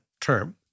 term